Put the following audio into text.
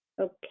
Okay